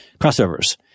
crossovers